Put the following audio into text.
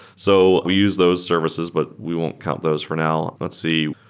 so we use those services, but we won't count those for now. let's see.